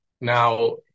Now